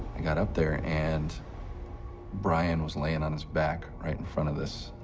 i got up there, and brian was laying on his back right in front of this